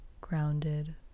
grounded